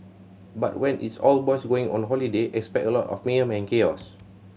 but when it's all boys going on holiday expect a lot of mayhem and chaos